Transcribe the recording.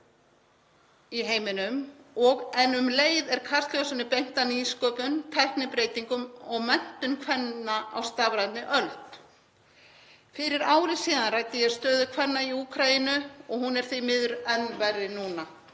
í heiminum en um leið er kastljósinu beint að nýsköpun, tæknibreytingum og menntun kvenna á stafrænni öld. Fyrir ári ræddi ég stöðu kvenna í Úkraínu og hún er því miður enn verri núna.